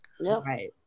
Right